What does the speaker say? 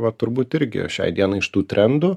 va turbūt irgi šiai dienai iš tų trendų